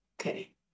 okay